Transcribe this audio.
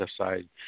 aside